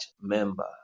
member